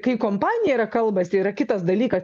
kai kompanija yra kalbasi yra kitas dalykas